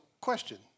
question